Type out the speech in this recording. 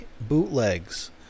bootlegs